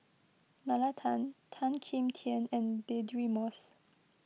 Nalla Tan Tan Kim Tian and Deirdre Moss